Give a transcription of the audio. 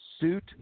suit